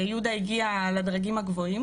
ויהודה הגיע לדרגים הגבוהים